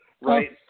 Right